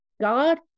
God